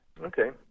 okay